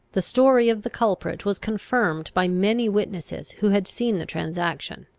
the story of the culprit was confirmed by many witnesses who had seen the transaction.